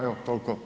Evo toliko.